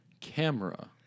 Camera